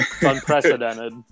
Unprecedented